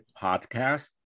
podcast